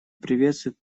приветствует